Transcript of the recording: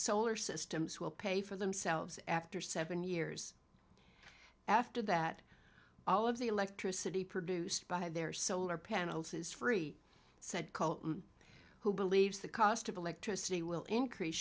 solar systems will pay for themselves after seven years after that all of the electricity produced by their solar panels is free said cole who believes the cost of electricity will increase